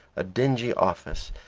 a dingy office,